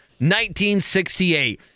1968